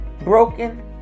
broken